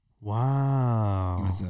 Wow